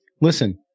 listen